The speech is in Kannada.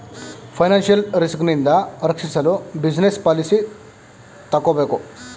ಫೈನಾನ್ಸಿಯಲ್ ರಿಸ್ಕ್ ನಿಂದ ರಕ್ಷಿಸಲು ಬಿಸಿನೆಸ್ ಪಾಲಿಸಿ ತಕ್ಕೋಬೇಕು